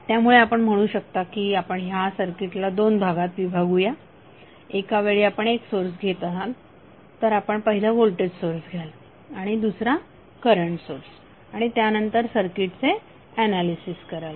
त्यामुळे आपण म्हणू शकता की आपण ह्या सर्किटला दोन भागात विभागूया एका वेळी आपण एक सोर्स घेत आहात तर आपण पहिला व्होल्टेज सोर्स घ्याल आणि दुसरा करंट सोर्स घ्याल आणि त्यानंतर सर्किटचे ऍनालिसिस कराल